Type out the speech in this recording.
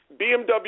BMW